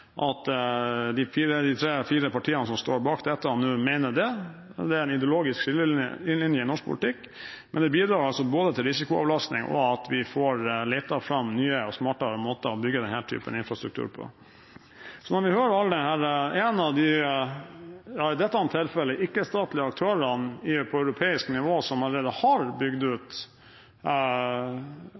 de tre–fire partiene som står bak dette nå, mener det. Det er en ideologisk skillelinje i norsk politikk. Men det bidrar både til risikoavlastning og til at vi kan lete fram nye og smartere måter å bygge denne typen infrastruktur på. En av de i dette tilfellet ikke-statlige aktørene på europeisk nivå som allerede har bygd ut